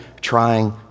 trying